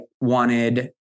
wanted